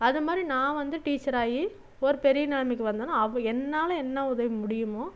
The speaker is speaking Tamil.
அதுமாதிரி நான் வந்து டீச்சர் ஆகி ஒரு பெரிய நெலைமைக்கு வந்தவொடனே அவன் என்னால் என்ன உதவி முடியுமோ